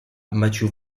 matthew